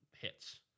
hits